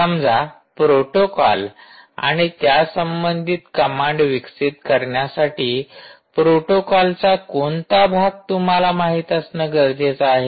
समजा प्रोटोकोल आणि त्या संबन्धित कमांड विकसित करण्यासाठी प्रोटोकोलचा कोणता भाग तुम्हाला माहिती असणे गरजेचं आहे